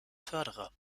förderer